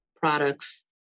products